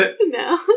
No